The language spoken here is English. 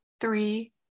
three